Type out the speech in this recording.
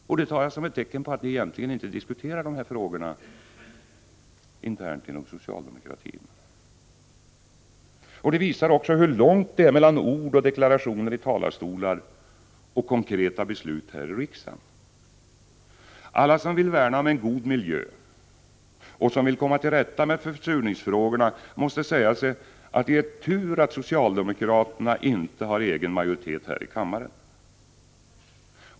Detta tar jag som ett tecken på att ni egentligen inte diskuterar de här frågorna internt inom socialdemokratin. Detta visar hur långt det är mellan ord och deklarationer i talarstolar och konkreta beslut här i riksdagen. Alla som vill värna om en god miljö och som vill komma till rätta med försurningsfrågorna måste säga sig att det är tur att socialdemokraterna inte har egen majoritet här i kammaren.